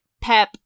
pep